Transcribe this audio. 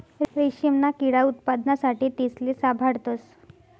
रेशीमना किडा उत्पादना साठे तेसले साभाळतस